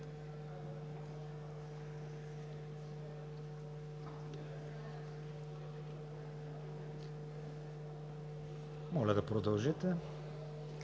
Моля да продължите.